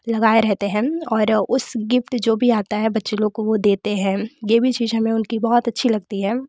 लगाए रहते हैं और उस गिफ्ट जो भी आता है बच्चे लोग को वो देते हैं ये भी चीज हमें उनकी बहुत अच्छी लगती है